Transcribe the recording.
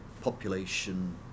population